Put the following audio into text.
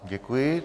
Děkuji.